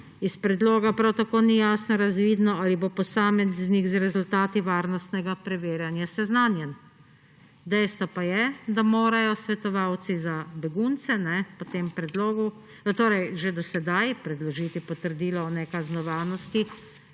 Iz predloga prav tako ni jasno razvidno, ali bo posameznik z rezultati varnostnega preverjanja seznanjen. Dejstvo pa je, da morajo svetovalci za begunce po tem predlogu, torej že do sedaj, predložili potrdilo o nekaznovanosti,